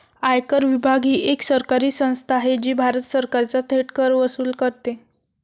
आयकर विभाग ही एक सरकारी संस्था आहे जी भारत सरकारचा थेट कर वसूल करते